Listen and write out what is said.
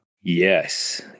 Yes